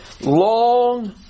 Long